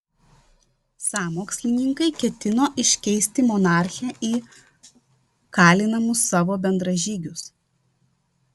sąmokslininkai ketino iškeisti monarchę į kalinamus savo bendražygius